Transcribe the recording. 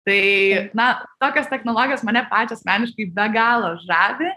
tai na tokios technologijos mane pačią asmeniškai be galo žavi